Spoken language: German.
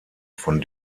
von